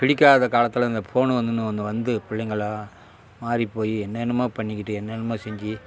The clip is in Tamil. பிடிக்காத காலத்தில் இந்த ஃபோனு வந்துன்னு ஒன்று வந்து பிள்ளைங்க எல்லாம் மாதிரி போய் என்னென்னமோ பண்ணிக்கிட்டு என்னென்னமோ செஞ்சு